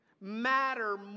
matter